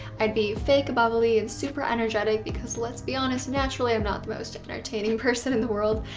i'd be fake bubbly and super energetic because let's be honest, naturally i'm not the most entertaining person in the world.